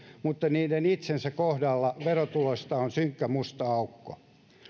mutta niiden itsensä kohdalla verotuloissa on synkkä musta aukko